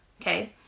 okay